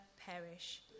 perish